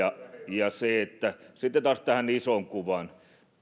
sitten taas tähän isoon kuvaan